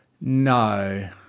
No